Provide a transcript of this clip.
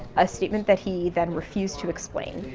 a statement that he then refused to explain.